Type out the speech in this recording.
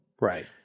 Right